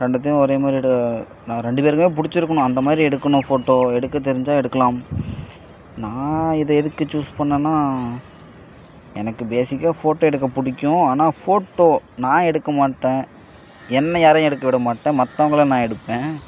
ரெண்டுத்தையும் ஒரே மாதிரி எடு நான் ரெண்டு பேருக்குமே புடிச்சிருக்கணும் அந்த மாதிரி எடுக்கணும் ஃபோட்டோ எடுக்க தெரிஞ்சால் எடுக்கலாம் நான் இதை எதுக்கு சூஸ் பண்ணேன்னா எனக்கு பேஸிக்காக ஃபோட்டோ எடுக்க பிடிக்கும் ஆனால் ஃபோட்டோ நான் எடுக்க மாட்டேன் என்னை யாரையும் எடுக்க விட மாட்டேன் மற்றவங்கள நான் எடுப்பேன்